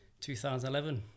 2011